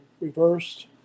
reversed